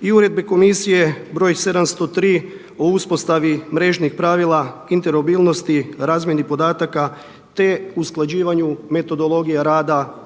i Uredbe komisije br. 703 o uspostavi mrežnih pravila intermobilnosti, razmjeni podataka te usklađivanju metodologija rada